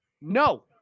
No